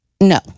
No